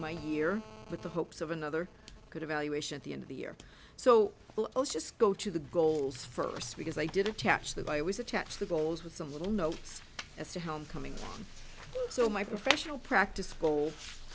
my here with the hopes of another good evaluation at the end of the year so i'll just go to the goals first because i didn't catch that i was attached to bowls with some little notes as to how i'm coming in so my professional practice goal